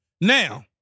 Now